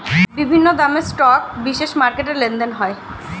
বিভিন্ন দামের স্টক বিশেষ মার্কেটে লেনদেন হয়